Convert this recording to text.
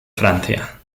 francia